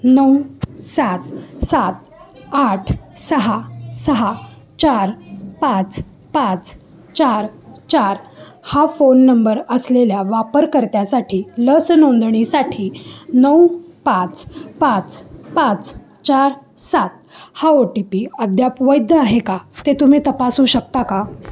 नऊ सात सात आठ सहा सहा चार पाच पाच चार चार हा फोन नंबर असलेल्या वापरकर्त्यासाठी लस नोंदणीसाठी नऊ पाच पाच पाच चार सात हा ओ टी पी अद्याप वैध आहे का ते तुम्ही तपासू शकता का